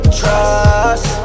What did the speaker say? trust